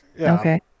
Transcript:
Okay